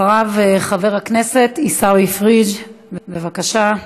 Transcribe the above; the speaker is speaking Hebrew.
חבר הכנסת עיסאווי פריג', בבקשה.